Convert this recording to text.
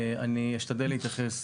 אני אשתדל להתייחס